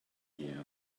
year